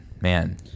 Man